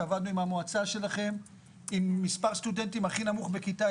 עם מספר סטודנטים הכי נמוך בכיתה,